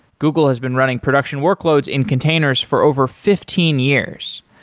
google has been running production workloads in containers for over fifteen years.